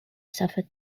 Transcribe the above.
suffered